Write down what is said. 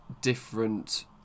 Different